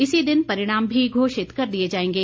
इसी दिन परिणाम भी घोषित कर दिए जाएंगे